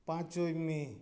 ᱯᱟᱸᱪᱳᱭ ᱢᱮ